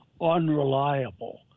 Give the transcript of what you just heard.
unreliable